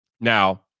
Now